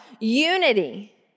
unity